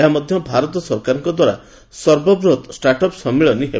ଏହା ମଧ୍ୟ ଭାରତ ସରକାରଙ୍କଦ୍ୱାରା ସର୍ବବୃହତ୍ 'ଷ୍ଟାର୍ଟ ଅପ୍ ସମ୍ମିଳନୀ' ହେବ